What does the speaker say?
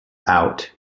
out